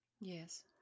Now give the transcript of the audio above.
yes